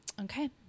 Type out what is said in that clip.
Okay